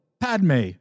Padme